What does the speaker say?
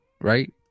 right